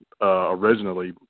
originally